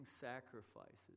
sacrifices